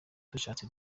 dushatse